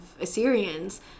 Assyrians